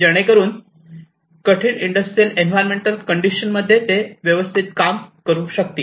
जेणेकरून कठीण industrial environmental condition मध्ये देखील ते व्यवस्थित काम करू शकतील